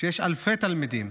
שיש אלפי תלמידים,